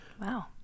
Wow